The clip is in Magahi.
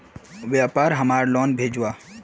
व्यापार हमार लोन भेजुआ?